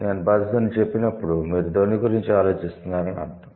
నేను 'బజ్' అని చెప్పినప్పుడు మీరు ధ్వని గురించి ఆలోచిస్తున్నారని అర్థం